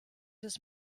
des